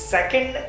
Second